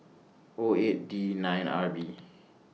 O eight D nine R B